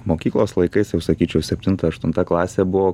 mokyklos laikais jau sakyčiau septinta aštunta klasė buvo